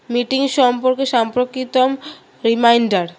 meeting সম্পর্কে সাম্প্রতিকতম reminder